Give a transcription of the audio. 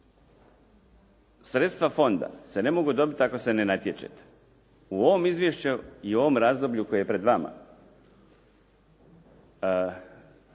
Sredstva fona se ne mogu dobiti ako se ne natječete. U ovom izvješću i u ovom razdoblju koje je pred nama,